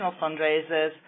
fundraisers